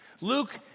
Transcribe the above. Luke